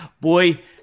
boy